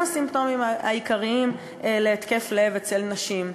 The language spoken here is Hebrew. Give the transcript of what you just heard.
הסימפטומים העיקריים להתקף לב אצל נשים.